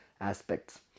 aspects